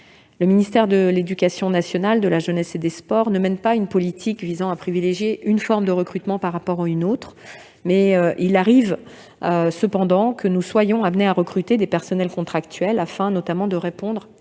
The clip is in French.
Le ministère de l'éducation nationale, de la jeunesse et des sports ne mène pas une politique visant à privilégier une forme de recrutement par rapport à une autre. Il peut arriver, cependant, que nous soyons amenés à recruter du personnel contractuel, afin notamment de répondre à certains